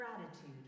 gratitude